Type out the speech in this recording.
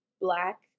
black